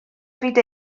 fyd